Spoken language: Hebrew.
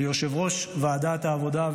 ליושב-ראש ועדת העבודה,